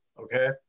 okay